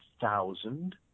thousand